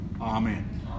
Amen